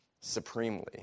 supremely